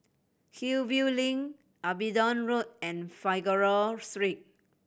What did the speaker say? Hillview Link Abingdon Road and Figaro Street